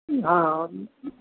हाँ हाँ